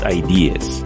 ideas